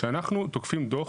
כשאנחנו תוקפים דוח,